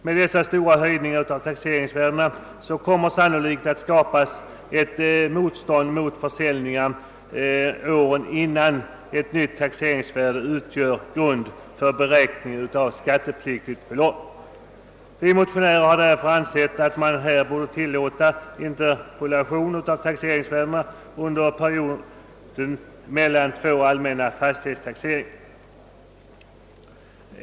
Med så stora höjningar av taxeringsvärdena kommer det sannolikt att skapas ett visst motstånd mot försäljningar åren innan ett nytt taxeringsvärde kommer att ligga till grund för beräkningen av skattepliktigt belopp. Vi motionärer har därför ansett att man borde tillåta interpolationer av taxeringsvärdena under perioden mellan två allmänna fastighetstaxeringar.